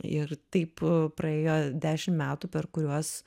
ir taip praėjo dešim metų per kuriuos